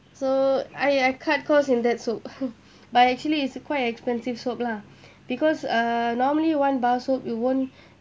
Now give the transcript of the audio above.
so I I cut cost in that soap but actually it's quite expensive soap lah because uh normally one bar soap you won't